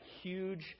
huge